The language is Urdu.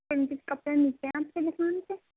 فینسیز کپڑے ملتے ہیں آپ کی دُکان سے